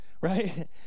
right